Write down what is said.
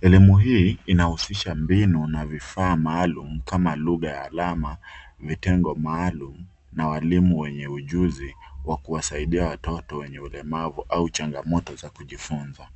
Elimu hii, inahusisha mbinu na vifaa maalum, kama lugha ya alama, vitengo maalum, na walimu wenye ujuzi wa kuwasaidia watoto wenye ulemavu au changamoto za kujifunza.